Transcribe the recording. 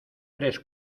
eres